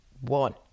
one